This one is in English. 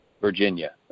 Virginia